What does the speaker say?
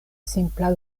simpla